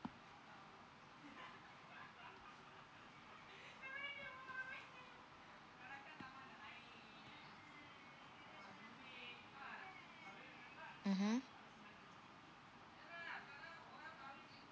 mmhmm